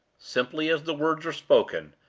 simply as the words were spoken,